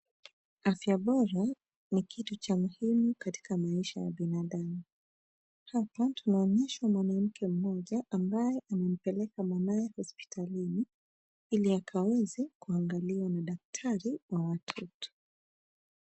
Afya bora ni kitu cha muhimu katika maisha ya binadamu. Hapa tunaonyeshwa mwanamke mmoja ambaye anampeleka mwanaye hospitalini, ili akaweze kuangaliwa na daktari wa watoto.